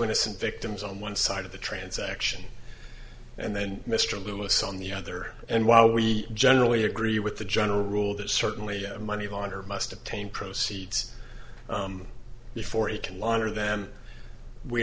innocent victims on one side of the transaction and then mr lewis on the other and while we generally agree with the general rule that certainly a money launderer must obtain proceeds before he can launder then we